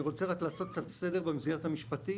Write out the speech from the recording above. אני רוצה לעשות קצת סדר במסגרת המשפטית.